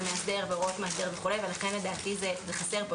מאסדר והוראות מאסדר וכולי ולכן לדעתי זה חסר כאן.